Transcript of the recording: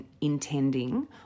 intending